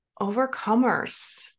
overcomers